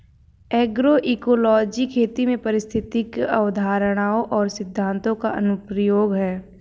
agroecology खेती में पारिस्थितिक अवधारणाओं और सिद्धांतों का अनुप्रयोग है